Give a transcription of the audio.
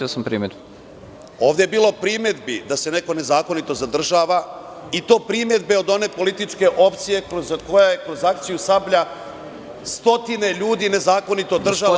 Ovde je bilo primedbi da se neko nezakonito zadržava i to primedbe od one političke opcije koja je kroz akciju „Sablja“ stotine ljudi nezakonito držala u pritvoru.